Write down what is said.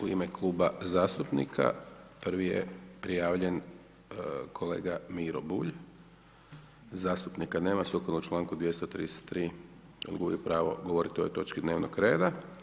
U ime kluba zastupnika, prvi je prijavljen kolega Miro Bulj, zastupnika nema, sukladno članku 233., on gubi pravo govoriti o ovoj točki dnevnog reda.